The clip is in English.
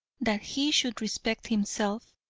that he should respect himself,